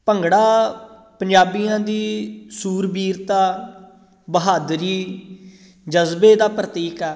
ਭੰਗੜਾ ਪੰਜਾਬੀਆਂ ਦੀ ਸੂਰਬੀਰਤਾ ਬਹਾਦਰੀ ਜਜ਼ਬੇ ਦਾ ਪ੍ਰਤੀਕ ਆ